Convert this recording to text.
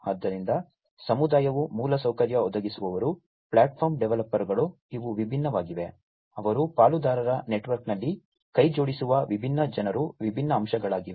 ಆದ್ದರಿಂದ ಸಮುದಾಯವು ಮೂಲಸೌಕರ್ಯ ಒದಗಿಸುವವರು ಪ್ಲಾಟ್ಫಾರ್ಮ್ ಡೆವಲಪರ್ಗಳು ಇವು ವಿಭಿನ್ನವಾಗಿವೆ ಅವರು ಪಾಲುದಾರರ ನೆಟ್ವರ್ಕ್ನಲ್ಲಿ ಕೈಜೋಡಿಸುವ ವಿಭಿನ್ನ ಜನರು ವಿಭಿನ್ನ ಅಂಶಗಳಾಗಿವೆ